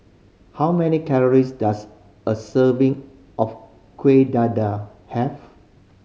how many calories does a serving of Kueh Dadar have